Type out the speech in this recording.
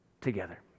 together